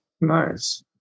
Nice